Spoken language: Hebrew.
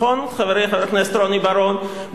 חברי חבר הכנסת רוני בר-און,